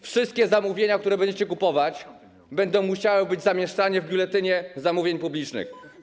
Wszystkie zamówienia, które będziecie realizować, będą musiały być zamieszczane w Biuletynie Zamówień Publicznych.